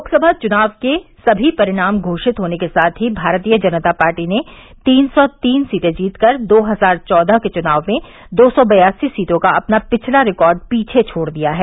लोकसभा चुनाव के सभी परिणाम घोषित होने के साथ ही भारतीय जनता पार्टी ने तीन सौ तीन सीटे जीत कर दो हजार चौदह के चुनाव में दो सौ बयासी सीटों का अपना पिछला रिकॉर्ड पीछे छोड़ दिया है